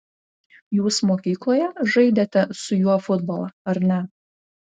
jūs mokykloje žaidėte su juo futbolą ar ne